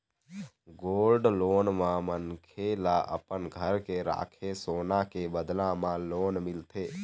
gold loan म मनखे ल अपन घर के राखे सोना के बदला म लोन मिलथे